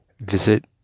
Visit